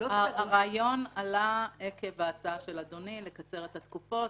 הרעיון עלה עקב ההצעה של אדוני לקצר את התקופות.